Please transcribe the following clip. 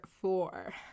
four